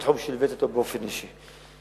בתחום שליווית באופן אישי.